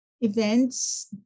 events